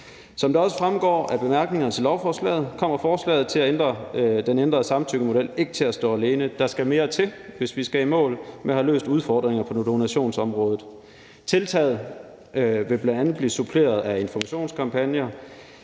Som det også fremgår af bemærkningerne til lovforslaget, kommer forslaget til den ændrede samtykkemodel ikke til at stå alene. Der skal mere til, hvis vi skal i mål med at have løst udfordringerne på donationsområdet. Tiltaget vil bl.a. blive suppleret med informationskampagner,